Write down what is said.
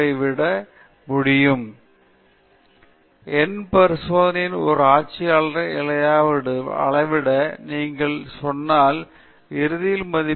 967134 சென்டிமீட்டர்களை எழுதுகிறீர்களானால் அது உங்கள் அசாதாரணமான ஆட்சியாளரை சரியாகக் கொண்டிருக்கும் ஒரு ஆட்சியாளரைப் பயன்படுத்தி வழங்குவதற்கான ஒரு அபத்தமான தகவலாகும்